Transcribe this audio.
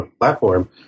platform